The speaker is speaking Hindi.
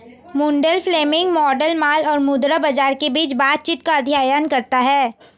मुंडेल फ्लेमिंग मॉडल माल और मुद्रा बाजार के बीच बातचीत का अध्ययन करता है